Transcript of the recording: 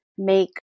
make